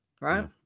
right